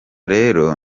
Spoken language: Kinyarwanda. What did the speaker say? rero